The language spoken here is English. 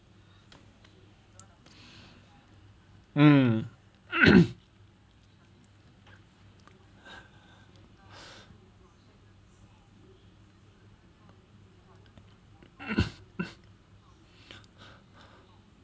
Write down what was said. mm